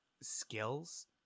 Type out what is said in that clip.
skills